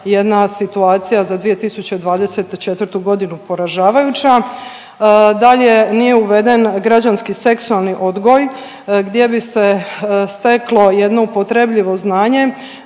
jedna situacija za 2024. godinu poražavajuća. Dalje, nije uveden građanski seksualni odgoj gdje bi se steklo jedno upotrebljivo znanje